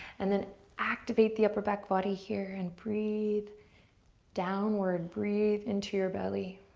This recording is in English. and then activate the upper back body here, and breathe downward, breathe into your belly.